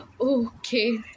Okay